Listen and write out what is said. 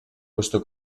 questo